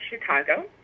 Chicago